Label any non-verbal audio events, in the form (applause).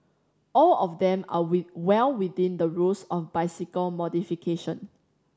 all of them are (unintelligible) well within the rules of bicycle modification